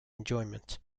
enjoyment